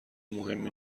مهمی